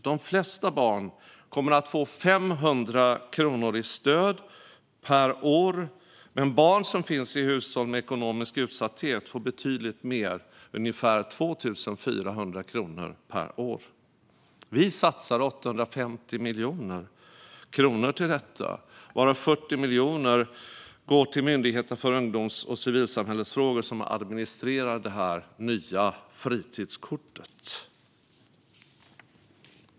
De flesta barn kommer att få 500 kronor i stöd per år, men barn som finns i hushåll med ekonomisk utsatthet får betydligt mer, ungefär 2 400 kronor per år. Vi satsar 850 miljoner kronor till detta, varav 40 miljoner går till Myndigheten för ungdoms och civilsamhällesfrågor, som administrerar det nya fritidskortet.